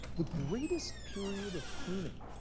the greatest period of pruning,